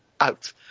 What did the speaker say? out